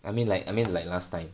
I mean like I mean like last time